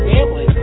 Family